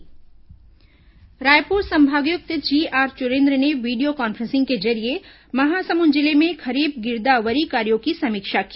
गिरदावरी समीक्षा रायपुर संभागायुक्त जीआर चुरेन्द्र ने वीडियो कॉन्फ्रॅसिंग के जरिये महासमुंद जिले में खरीफ गिरदावरी कार्यों की समीक्षा की